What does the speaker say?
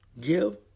give